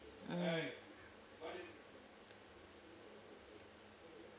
mm